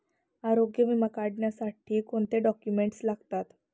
आरोग्य विमा काढण्यासाठी कोणते डॉक्युमेंट्स लागतात?